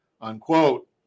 unquote